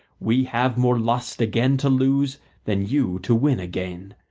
we have more lust again to lose than you to win again.